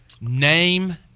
name